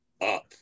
up